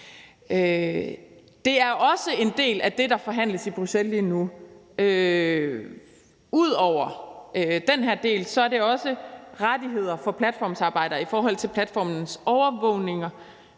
Det er også en del af det, der forhandles i Bruxelles lige nu. Ud over den her del handler det også om rettigheder for platformsarbejdere i forhold til platformsvirksomhedernes